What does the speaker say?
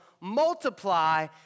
multiply